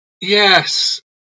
Yes